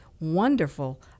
wonderful